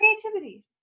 creativity